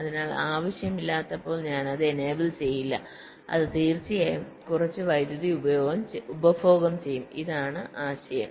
അതിനാൽ ആവശ്യമില്ലാത്തപ്പോൾ ഞാൻ അത് എനേബിൾ ചെയ്യില്ല അത് തീർച്ചയായും കുറച്ച് വൈദ്യുതി ഉപഭോഗം ചെയ്യും ഇതാണ് ആശയം